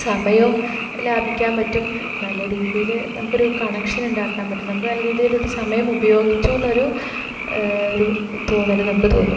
സമയോം ലാഭിക്കാൻ പറ്റും നല്ല രീതിയിൽ നമുക്കൊരു കണക്ഷൻ ഉണ്ടാക്കാൻ പറ്റും നമുക്ക് നല്ല രീതിയിലൊരു സമയം ഉപയോഗിച്ചുന്നൊരു ഒരു തോന്നൽ നമുക്ക് തോന്നും